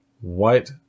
white